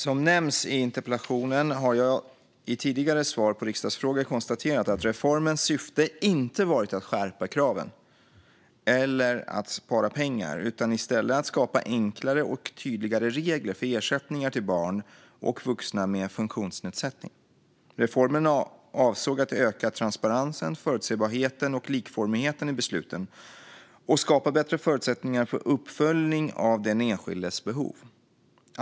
Som nämns i interpellationen har jag i tidigare svar på riksdagsfrågor konstaterat att reformens syfte inte varit att skärpa kraven eller att spara pengar utan i stället att skapa enklare och tydligare regler för ersättningar till barn och vuxna med funktionsnedsättning. Reformen avsåg att öka transparensen, förutsebarheten och likformigheten i besluten och att skapa bättre förutsättningar för uppföljning av den enskildes behov.